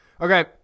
Okay